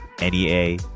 NEA